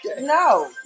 No